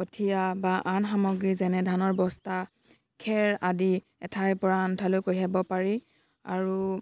কঠীয়া বা আন সামগ্ৰী যেনে ধানৰ বস্তা খেৰ আদি এঠাইৰপৰা আন এঠাইলৈ কঢ়িয়াব পাৰি আৰু